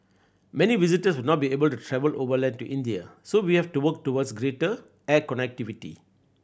many visitors will not be able to travel overland to India so we have to work towards greater air connectivity